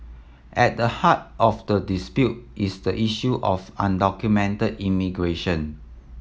at the heart of the dispute is the issue of undocumented immigration